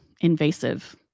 invasive